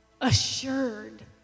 Assured